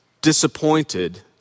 disappointed